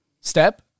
step